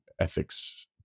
ethics